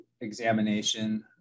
examination